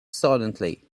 silently